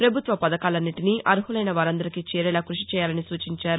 పభుత్వ పథకాలన్నింటినీ అర్హులైన వారందరికీ చేరేలా కృషి చేయాలని సూచించారు